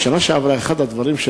בשנה שעברה אחד הדברים,